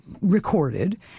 recorded